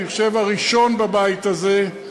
אני חושב הראשון בבית הזה,